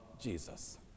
Jesus